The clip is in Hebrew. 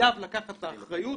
חייב לקחת את האחריות,